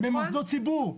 במוסדות ציבור,